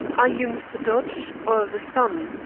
are you mr. dodge, or the son?